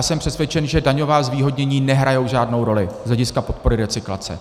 Jsem přesvědčen, že daňová zvýhodnění nehrají žádnou roli z hlediska podpory recyklace.